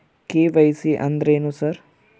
KYC ಅಂದ್ರೇನು sir?